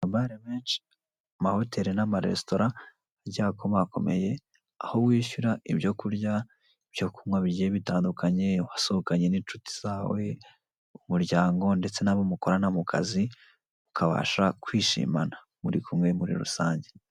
Amabare menshi, amahoteri n'ama resitora agiye akomakomeye, aho wishyura ibyo kurya, ibyo kunywa bigiye bitandukanye, wasohokanye n'inshuti zawe, umuryango ndetse n'abo mukorana mu kazi. Mukabasha kwishimana muri kumwe muri rusange.